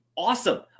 awesome